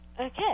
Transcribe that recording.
Okay